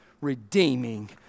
redeeming